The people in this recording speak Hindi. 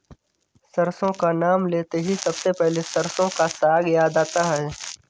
सरसों का नाम लेते ही सबसे पहले सरसों का साग याद आता है